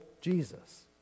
Jesus